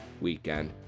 weekend